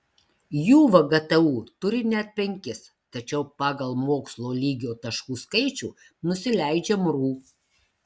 jų vgtu turi net penkis tačiau pagal mokslo lygio taškų skaičių nusileidžia mru